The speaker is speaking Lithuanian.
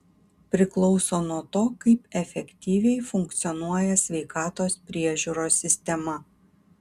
priklauso nuo to kaip efektyviai funkcionuoja sveikatos priežiūros sistema